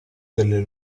delle